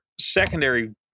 secondary